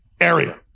area